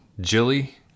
Jilly